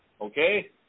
Okay